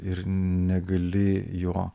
ir negali jo